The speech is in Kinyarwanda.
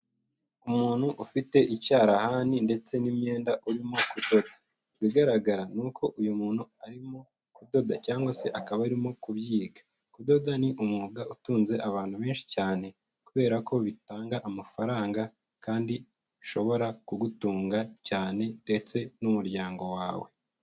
Umuntu ufite icyarahani ndetse n'imyenda urimo kudoda. Mu bigaragara ni uko uyu muntu arimo kudoda cyangwa se akaba arimo kubyiga. Kudoda ni umwuga utunze abantu benshi cyane kubera ko bitanga amafaranga kandi bishobora kugutunga cyane ndetse n'umuryango wawe.